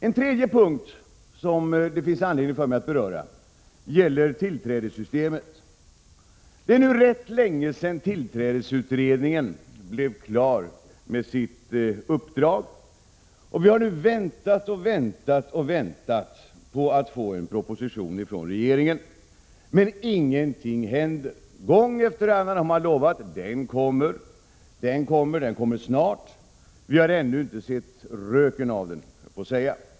En tredje punkt som det finns anledning för mig att beröra gäller tillträdessystemet. Det är rätt länge sedan tillträdesutredningen blev klar med sitt uppdrag. Vi har väntat länge på att få en proposition från regeringen. Men ingenting händer. Gång efter annan har man lovat att propositionen kommer, att den kommer snart. Vi har ännu inte sett röken av den, höll jag på att säga.